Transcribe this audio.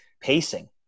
pacing